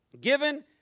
given